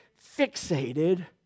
fixated